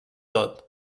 tot